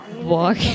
walk